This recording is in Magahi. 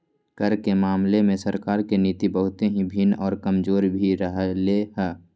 कर के मामले में सरकार के नीति बहुत ही भिन्न और कमजोर भी रहले है